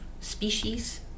species